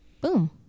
Boom